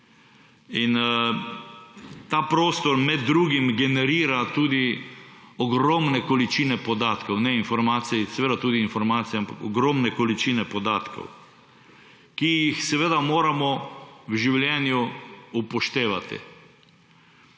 Ta prostor med drugim generira tudi ogromne količine podatkov, ne informacij, seveda tudi informacij, ampak ogromne količine podatkov, ki jih moramo v življenju upoštevati.